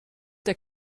der